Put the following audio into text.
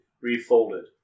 refolded